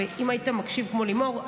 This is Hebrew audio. ואם היית מקשיב כמו לימור,